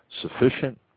sufficient